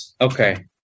Okay